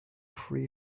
three